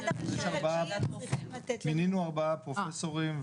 עד ה-1.9 צריכים לתת --- מינינו ארבעה פרופסורים,